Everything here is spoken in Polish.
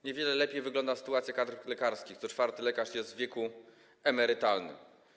Niewiele lepiej wygląda sytuacja kadr lekarskich, co czwarty lekarz jest w wieku emerytalnym.